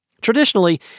Traditionally